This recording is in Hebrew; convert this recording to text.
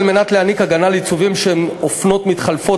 על מנת להעניק הגנה לעיצובים שהם אופנות מתחלפות,